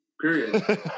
period